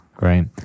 Right